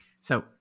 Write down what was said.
So-